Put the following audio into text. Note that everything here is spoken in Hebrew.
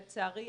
לצערי,